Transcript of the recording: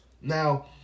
Now